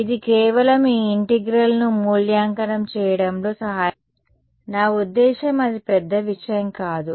ఇది కేవలం ఈ ఇంటెగ్రల్ లను మూల్యాంకనం చేయడంలో సహాయపడుతుంది నా ఉద్దేశ్యం అది పెద్ద విషయం కాదు